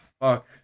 Fuck